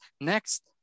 Next